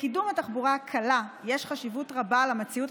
לקידום התחבורה הקלה יש חשיבות רבה למציאות